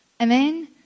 Amen